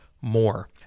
more